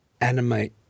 animate